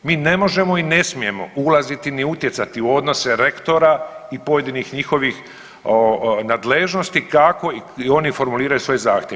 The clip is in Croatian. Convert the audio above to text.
Mi ne možemo i ne smijemo ulaziti ni utjecati u odnose rektora i pojedinih njihovih nadležnosti kako i oni formuliraju svoje zahtjeve.